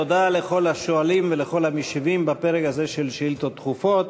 תודה לכל השואלים ולכל המשיבים בפרק הזה של שאילתות דחופות.